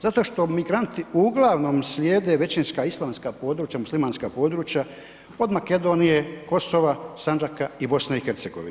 Zato što migranti uglavnom slijede većinska islamska područja, muslimanska područja, od Makedonije, Kosova, Sandžaka i BiH.